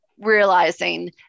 realizing